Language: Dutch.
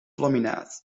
laminaat